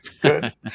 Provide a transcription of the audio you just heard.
Good